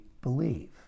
believe